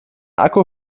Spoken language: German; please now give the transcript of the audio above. akku